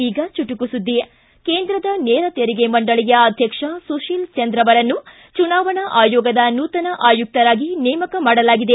ಈಗ ಚುಟುಕು ಸುದ್ದಿ ಕೇಂದ್ರದ ನೇರ ತೆರಿಗೆ ಮಂಡಳಿಯ ಅಧ್ಯಕ್ಷ ಸುತೀಲ ಚಂದ್ರ ಅವರನ್ನು ಚುನಾವಣಾ ಆಯೋಗದ ನೂತನ ಆಯುಕ್ತರಾಗಿ ನೇಮಕ ಮಾಡಲಾಗಿದೆ